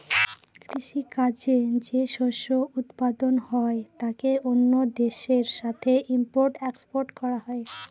কৃষি কাজে যে শস্য উৎপাদন হয় তাকে অন্য দেশের সাথে ইম্পোর্ট এক্সপোর্ট করা হয়